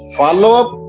follow-up